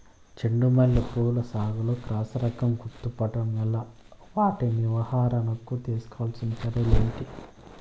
చెండు మల్లి పూల సాగులో క్రాస్ రకం గుర్తుపట్టడం ఎలా? వాటి నివారణకు తీసుకోవాల్సిన చర్యలు ఏంటి?